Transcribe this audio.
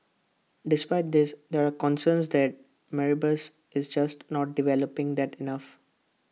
despite this there are concerns that Mauritius is just not developing that enough